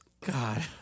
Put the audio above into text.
God